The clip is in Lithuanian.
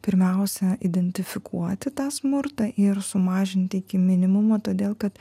pirmiausia identifikuoti tą smurtą ir sumažinti iki minimumo todėl kad